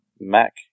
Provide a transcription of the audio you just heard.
Mac